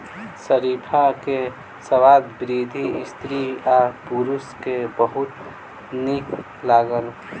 शरीफा के स्वाद वृद्ध स्त्री आ पुरुष के बहुत नीक लागल